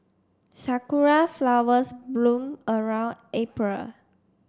sakura flowers bloom around April